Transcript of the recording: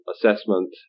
assessment